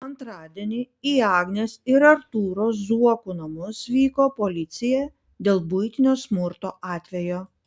antradienį į agnės ir artūro zuokų namus vyko policija dėl buitinio smurto atvejo